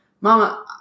Mama